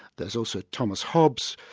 there's also thomas hobbes,